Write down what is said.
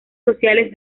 sociales